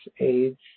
age